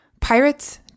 Pirates